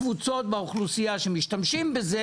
נמצאים בסדר גודל נורמלי.